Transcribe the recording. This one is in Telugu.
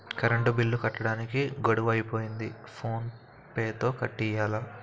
కరంటు బిల్లు కట్టడానికి గడువు అయిపోతంది ఫోన్ పే తో కట్టియ్యాల